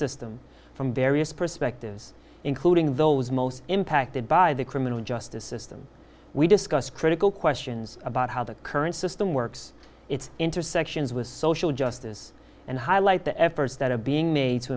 system from various perspectives including those most impacted by the criminal justice system we discussed critical questions about how the current system works its intersections with social justice and highlight the efforts that are being made to